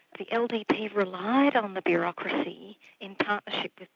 the ldp relied on the bureaucracy in partnership with